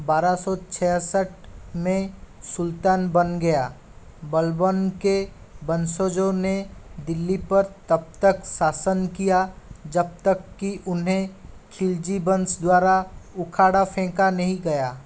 बारह सौ छियासठ मे सुल्तान बन गया बलबन के वंशजों ने दिल्ली पर तब तक शासन किया जब तक की उन्हें खिलजी वंश द्वारा उखाड़ा फेंका नहीं गया